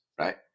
right